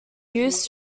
used